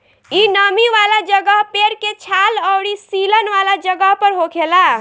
इ नमी वाला जगह, पेड़ के छाल अउरी सीलन वाला जगह पर होखेला